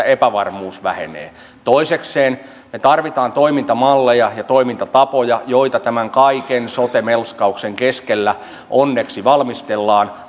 epävarmuus vähenee toisekseen me tarvitsemme toimintamalleja ja toimintatapoja joita tämän kaiken sote melskauksen keskellä onneksi valmistellaan